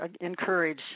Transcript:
encourage